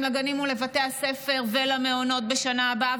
לגנים ולבתי הספר ולמעונות בשנה הבאה,